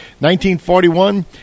1941